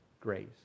grace